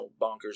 bonkers